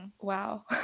wow